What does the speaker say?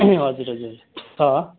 हजुर हजुर छ